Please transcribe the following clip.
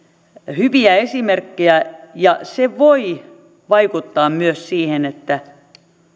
hyviä esimerkkejä ja se voi vaikuttaa myös siihen että